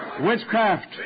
witchcraft